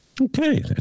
Okay